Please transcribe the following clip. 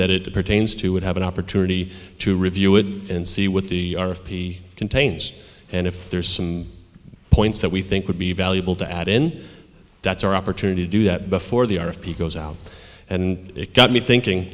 that it pertains to would have an opportunity to review it and see what the p contains and if there's some points that we think would be valuable to add in that's our opportunity to do that before they are of picos out and it got me thinking